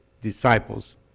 disciples